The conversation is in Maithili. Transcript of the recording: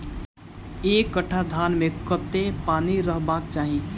एक कट्ठा धान मे कत्ते पानि रहबाक चाहि?